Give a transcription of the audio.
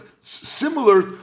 similar